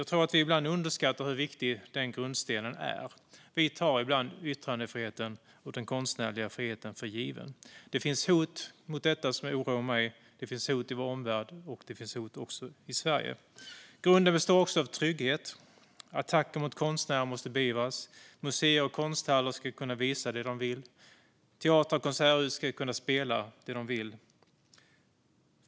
Jag tror att vi ibland underskattar hur viktig den grundstenen är och att vi ibland tar yttrandefriheten och den konstnärliga friheten för given. Det finns hot mot detta som oroar mig. Det finns hot i vår omvärld, och det finns hot även i Sverige. Grunden består också av trygghet. Attacker mot konstnärer måste beivras. Museer och konsthallar ska kunna visa det de vill, och teatrar och konserthus ska kunna spela det de vill.